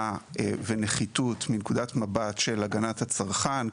ונחיתות מנקודת מבט של הגנת הצרכן,